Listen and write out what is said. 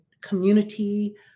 community